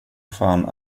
fan